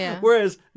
Whereas